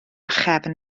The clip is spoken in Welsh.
chefn